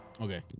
Okay